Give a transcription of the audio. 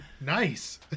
Nice